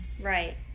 Right